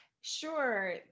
Sure